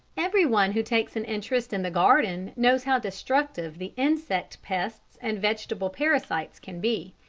everyone who takes an interest in the garden knows how destructive the insect pests and vegetable parasites can be.